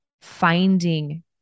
finding